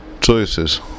Choices